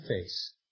face